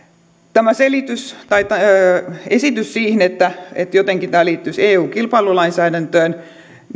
tämä esitys siitä että jotenkin tämä liittyisi eun kilpailulainsäädäntöön